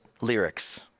lyrics